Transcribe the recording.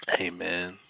Amen